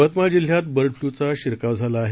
यवतमाळ जिल्ह्यात bird flu चा शिरकाव झाला आहे